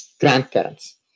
grandparents